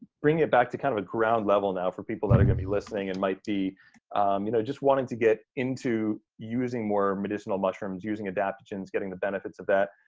bringing it back to kind of a ground level now for people that are gonna be listening and might be you know just wanting to get into using more medicinal mushrooms, using adaptogens, getting the benefits of that.